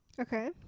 Okay